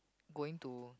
going to